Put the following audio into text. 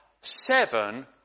seven